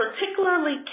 particularly